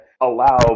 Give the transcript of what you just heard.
allow